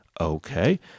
Okay